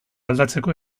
aldatzeko